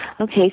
Okay